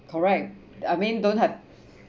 correct I mean don't have